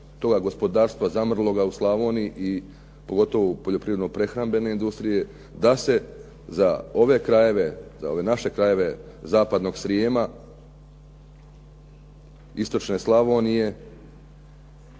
toga gospodarstva zamrloga u Slavoniji i pogotovo u poljoprivredno prehrambenoj industrije, da se za ove krajeve, za ove naše krajeve istočnog Srijema, istočne Slavonije